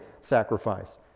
sacrifice